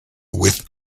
with